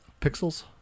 Pixels